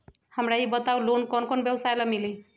हमरा ई बताऊ लोन कौन कौन व्यवसाय ला मिली?